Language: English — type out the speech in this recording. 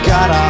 God